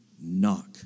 knock